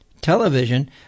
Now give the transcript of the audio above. television